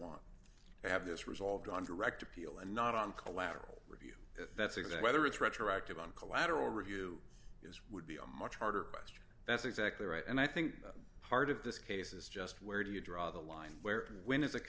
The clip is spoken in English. want to have this resolved on direct appeal and not on collateral review that's exactly the it's retroactive on collateral review is would be a much harder question that's exactly right and i think the heart of this case is just where do you draw the line where when is a